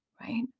Right